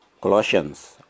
Colossians